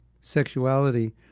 sexuality